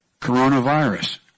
Coronavirus